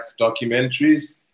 documentaries